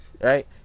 right